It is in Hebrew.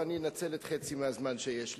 ואני אנצל את חצי מהזמן שיש לי.